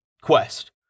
Quest